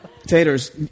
Taters